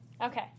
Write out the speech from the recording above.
Okay